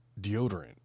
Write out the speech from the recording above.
deodorant